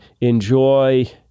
enjoy